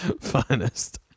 finest